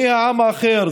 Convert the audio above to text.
מי העם האחר?